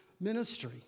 ministry